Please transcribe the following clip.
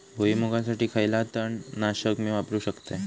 भुईमुगासाठी खयला तण नाशक मी वापरू शकतय?